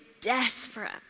desperate